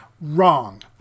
Wrong